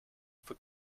for